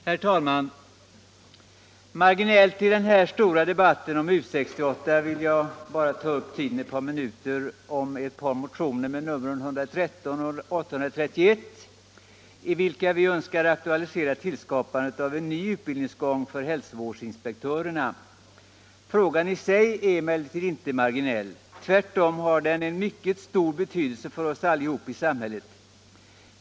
Herr talman! Marginellt i den här stora debatten om U 68 vill jag ta några minuter i anspråk för att beröra ett par motioner-med numren 113 och 831, i vilka vi önskar aktualisera tillskapandet av en ny utbildningsgång för hälsovårdsinspektörerna. Frågan i sig är emellertid inte marginell. Tvärtom har den en mycket stor betydelse för oss allihop i samhället.